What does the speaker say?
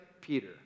Peter